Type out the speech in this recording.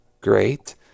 great